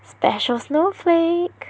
special snowflake